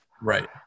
Right